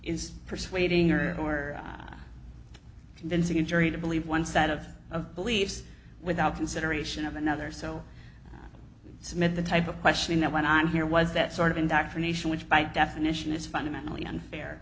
is persuading or or convincing a jury to believe one side of of beliefs without consideration of another so smith the type of questioning that went on here was that sort of indoctrination which by definition is fundamentally unfair